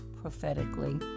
prophetically